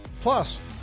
plus